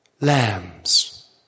lambs